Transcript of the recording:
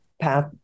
path